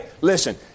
listen